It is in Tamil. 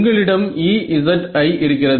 உங்களிடம் Ezi இருக்கிறது